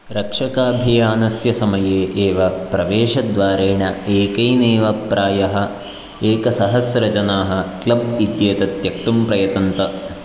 रक्षकाभियानस्य समये एव प्रवेशद्वारेण एकैनेव प्रायः एकसहस्रजनाः क्लब् इत्येतत् त्यक्तुं प्रयतन्त